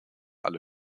alle